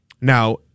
Now